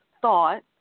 thought